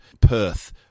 Perth